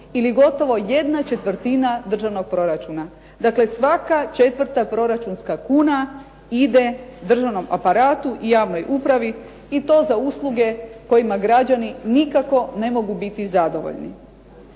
ili gotovo jedna četvrtina državnog proračuna. Dakle svaka četvrta proračunska kuna ide državnom aparatu i javnoj upravi, i to za usluge kojima građani nikako ne mogu biti zadovoljni.